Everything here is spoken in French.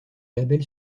label